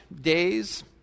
days